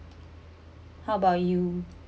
how about you